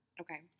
Okay